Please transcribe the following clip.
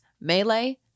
melee